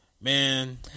Man